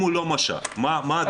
אם הוא לא משך מה הדלתא?